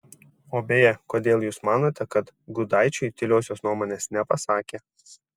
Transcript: o beje kodėl jūs manote kad gudaičiui tyliosios nuomonės nepasakė